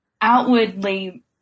outwardly